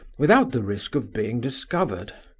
without the risk of being discovered.